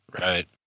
Right